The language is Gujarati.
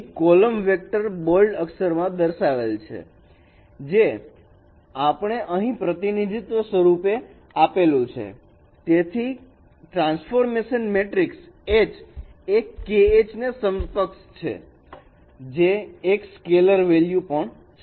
અહીં કોલમ વેક્ટર બોલ્ડ અક્ષર માં દર્શાવેલ છે જે આપણે અહીં પ્રતિનિધિત્વ સ્વરૂપે આપેલું છે તેથી ટ્રાન્સફોર્મેશન મેટ્રિક્સ H એ kH ને સમકક્ષ છે જે એક સ્કેલર વેલ્યુ પણ છે